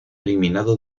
eliminado